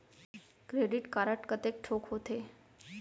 Credit card कतेक ठोक होथे?